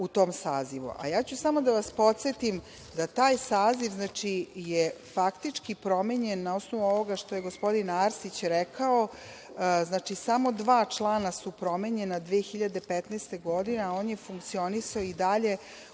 ću samo da vas podsetim da taj saziv je faktički promenjen na osnovu ovoga što je gospodin Arsić rekao, znači samo dva člana su promenjena 2015. godine, a on je funkcionisao i dalje